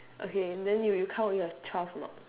okay then you you count you have twelve or not